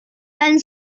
and